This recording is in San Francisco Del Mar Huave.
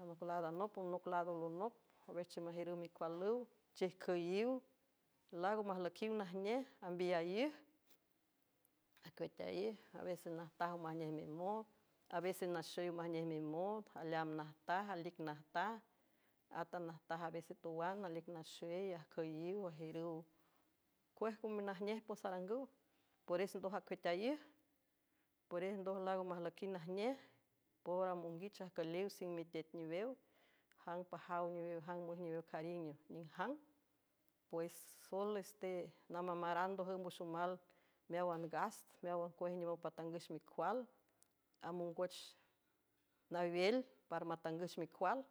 Anoc laadanop onoc laado lonop owexchie majiürüw micualüw chejcüyiw laago majlüiqiw najnej ambiyaíj acueateaij avesen najtaj omajnej mimood avésen naxey omajnej mimood aleaam najtaj alic najtaj átan najtaj avesitowan alic naxey ajcüyiw ajiürüw cuejgominajnej pos arangüw pores ndoj acueatayíij peres ndoj laago majlüquiw najnej por amonguich ajcüliw sing mitet newew jang pajaw newew jang müjniwew carino ning jang pues sóeles tenamb amaran ndojüm wüxomal meáwan gast meáwan cuej nimow pmatangüch micual amongoch nawel para matangüch micual